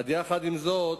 אך עם זאת,